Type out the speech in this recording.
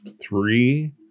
Three